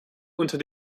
unter